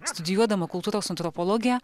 studijuodama kultūros antropologiją